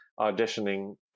auditioning